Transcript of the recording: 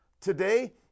Today